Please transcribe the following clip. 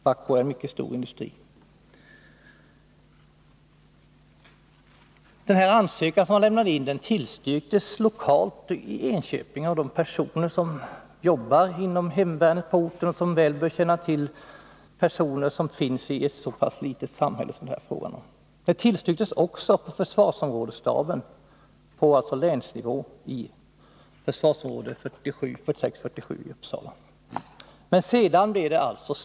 Bahco är en mycket stor industri. Den ansökan som han lämnade in tillstyrktes lokalt av dem som jobbar inom hemvärnet i Enköping och som väl bör känna till personer som finns i ett så pass litet samhälle. Den tillstyrktes också av försvarsområdesstaben i försvarsområde 46/47 i Uppsala, alltså på länsnivå. Men sedan blev det stopp.